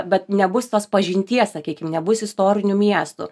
bet nebus tos pažinties sakykim nebus istorinių miestų